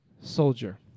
soldier